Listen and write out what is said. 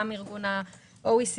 גם ארגון ה-OECD,